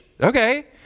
Okay